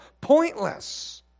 pointless